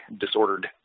disordered